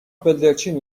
بلدرچین